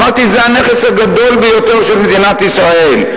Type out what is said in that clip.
אמרתי: זה הנכס הגדול ביותר של מדינת ישראל,